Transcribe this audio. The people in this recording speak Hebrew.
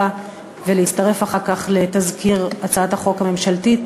ולצרף אותה אחר כך לתזכיר הצעת החוק הממשלתית,